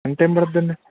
ఎంత టైం పడుతుందండి